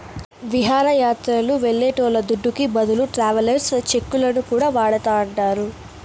విహారయాత్రలు వెళ్లేటోళ్ల దుడ్డుకి బదులు ట్రావెలర్స్ చెక్కులను కూడా వాడతాండారు